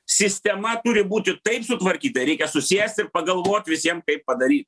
sistema turi būti taip sutvarkyta reikia susėsti ir pagalvot visiem kaip padaryt